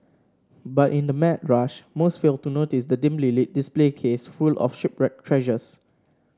but in the mad rush most fail to notice the dimly lit display case full of shipwreck treasures